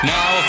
Now